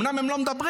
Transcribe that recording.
אומנם הם לא מדברים,